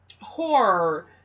horror